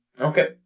Okay